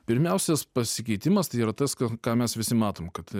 pirmiausias pasikeitimas tai yra tas kas ką mes visi matom kad